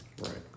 Right